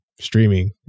streaming